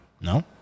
No